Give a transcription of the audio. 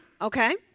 okay